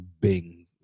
Bing